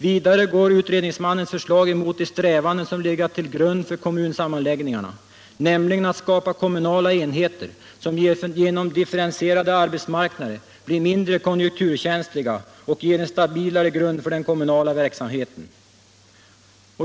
Vidare går utredningsmannens förslag emot de strävanden som legat till grund för kommunsammanläggningarna, nämligen att skapa kommunala enheter som genom differentierade arbetsmarknader blir mindre konjunkturkänsliga och ger en stabilare grund för den kommunala verksamheten.